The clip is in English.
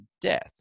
death